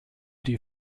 die